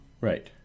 Right